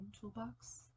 toolbox